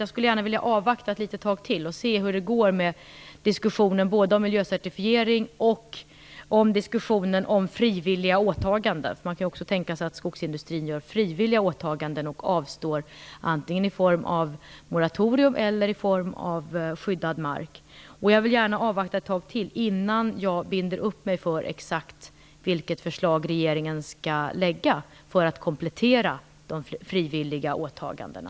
Jag vill gärna avvakta ett litet tag till och se hur det går med diskussionerna om såväl miljöcertifiering som frivilliga åtaganden. Man kan ju också tänka sig att skogsindustrin gör frivilliga åtaganden och avstår något, antingen i form av moratorium eller i form av skyddad mark. Jag vill gärna avvakta innan jag binder mig vid exakt vilket förslag regeringen skall lägga fram för att komplettera de frivilliga åtagandena.